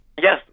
Yes